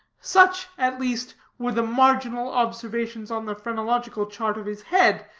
such, at least, were the marginal observations on the phrenological chart of his head,